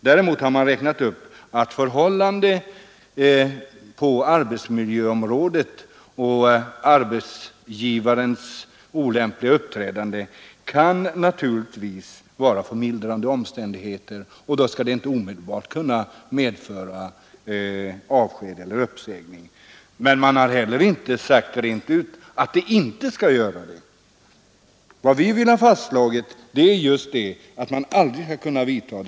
Däremot har man räknat upp andra saker, såsom förhållandet på arbetsmiljöområdet och arbetsgivarens olämpliga uppträdande, som naturligtvis kan vara förmildrande omständigheter, och då inte omedelbart skall kunna leda till avsked eller uppsägning — men man har heller inte sagt rent ut att det inte skall göra det. Vad vi vill ha fastslaget är att den åtgärden aldrig skall kunna vidtas.